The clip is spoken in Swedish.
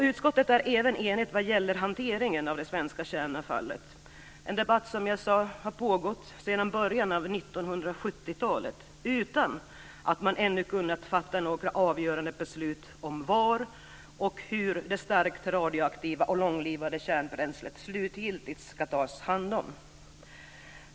Utskottet är även enigt vad gäller hanteringen av det svenska kärnavfallet, en debatt som har pågått sedan början av 1970-talet utan att man ännu har kunnat fatta några avgörande beslut om var och hur det starkt radioaktiva och långlivade kärnbränslet slutgiltigt ska tas om hand.